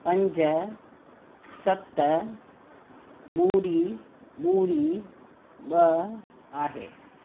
पंज सत ॿुड़ी ॿुड़ी ॿ आहे